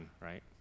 right